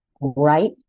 right